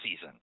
season